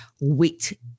wait